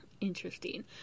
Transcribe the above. Interesting